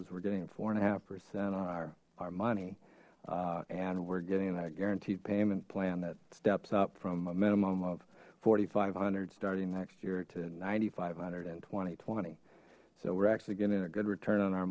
is we're getting a four and a half percent on our our money and we're getting that guaranteed payment plan that steps up from a minimum of forty five hundred starting next year to ninety five hundred and twenty twenty so we're actually getting a good